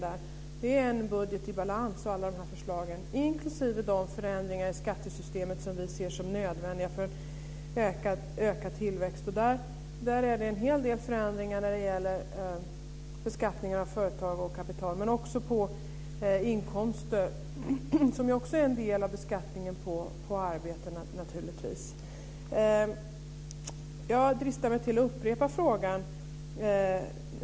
Alla dessa förslag innebär en budget i balans, inklusive de förändringar i skattesystemet som vi ser som nödvändiga för en ökad tillväxt. Där är det en hel del förändringar i beskattningen av företag och kapital men också i beskattningen av inkomster. Det är naturligtvis också en del i beskattningen på arbete. Jag dristar mig till att upprepa frågan.